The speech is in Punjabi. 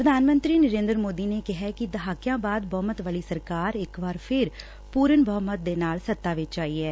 ਪ੍ਰਧਾਨ ਮੰਤਰੀ ਨਰੇਂਦਰ ਮੋਦੀ ਨੇ ਕਿਹੈ ਕਿ ਦਹਾਕਿਆਂ ਬਾਅਦ ਬਹੁਮਤ ਵਾਲੀ ਸਰਕਾਰ ਇਕ ਵਾਰ ਫਿਰ ਪੂਰਨ ਬਹੁਮਤ ਦੇ ਨਾਲ ਸੱਤਾ ਵਿਚ ਆਈ ਐ